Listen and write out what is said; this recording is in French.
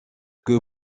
que